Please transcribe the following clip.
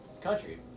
country